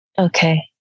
Okay